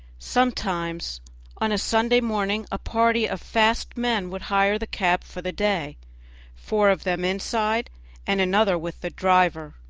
sometimes on a sunday morning a party of fast men would hire the cab for the day four of them inside and another with the driver,